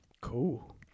Cool